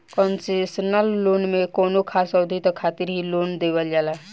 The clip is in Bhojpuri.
कंसेशनल लोन में कौनो खास अवधि तक खातिर ही लोन देवल जाला